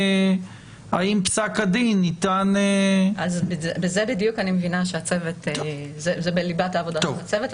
פסק הדין ניתן --- זה בדיוק בליבת העבודה של הצוות,